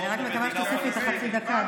אני רק מקווה שתוסיף לי את החצי דקה,